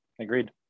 Agreed